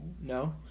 No